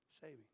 saving